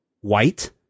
white